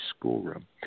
schoolroom